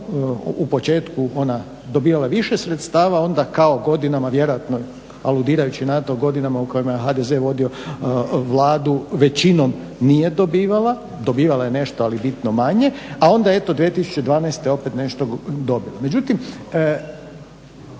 u početku ona dobivala više sredstava onda kao godinama vjerojatno aludirajući na to godinama u kojima je HDZ vodio Vladu većinom nije dobivala, dobivala je nešto, ali bitno manje, ali onda eto 2012. opet nešto dobili.